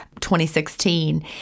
2016